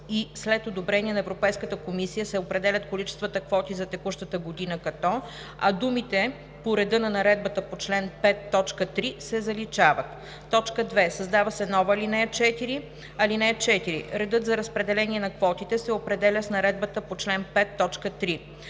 след одобрение на Европейската комисия се определят количествата квоти за текущата година като“, а думите „по реда на наредбата по чл. 5, т. 3“ се заличават. 2. Създава се нова ал. 4: „(4) Редът за разпределение на квотите се определя с наредбата по чл. 5,